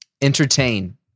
entertain